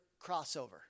crossover